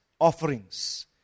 offerings